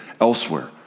elsewhere